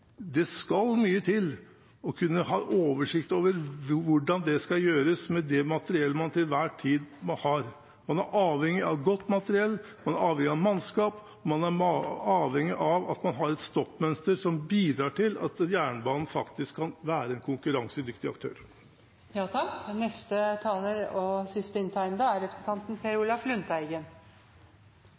Det skal mye til å kunne ha oversikt over hvordan det skal gjøres, med det materiellet man til enhver tid har. Man er avhengig av godt materiell, man er avhengig av mannskap, og man er avhengig av at man har et stoppmønster som bidrar til at jernbanen faktisk kan være en konkurransedyktig aktør.